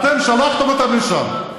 אתם שלחתם אותם לשם.